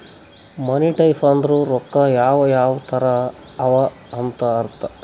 ಮನಿ types ಅಂದುರ್ ರೊಕ್ಕಾ ಯಾವ್ ಯಾವ್ ತರ ಅವ ಅಂತ್ ಅರ್ಥ